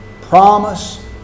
promise